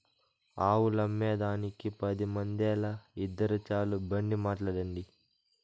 ఆవులమ్మేదానికి పది మందేల, ఇద్దురు చాలు బండి మాట్లాడండి